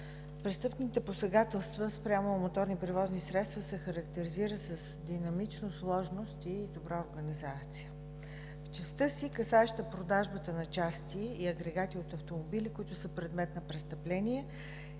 Престъпните посегателства спрямо моторни превозни средства се характеризират с динамична сложност и добра организация. В частта си, касаеща продажбата на части и агрегати автомобили, които са предмет на престъпления,